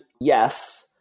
yes